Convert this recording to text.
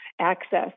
access